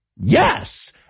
Yes